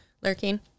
lurking